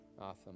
Awesome